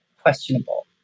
questionable